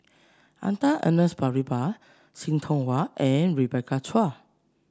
Arthur Ernest Percival See Tiong Wah and Rebecca Chua